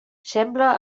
sembla